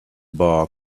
bar